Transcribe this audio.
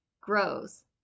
grows